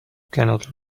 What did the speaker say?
cannot